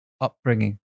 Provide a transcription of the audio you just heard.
upbringing